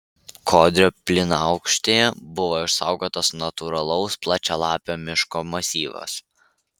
kodrio plynaukštėje buvo išsaugotas natūralaus plačialapio miško masyvas